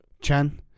Chen